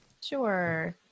Sure